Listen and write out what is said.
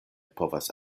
povas